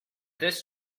this